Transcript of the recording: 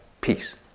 peace